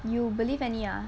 you believe any ah